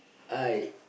I